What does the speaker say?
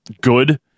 good